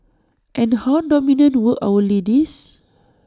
and how dominant were our ladies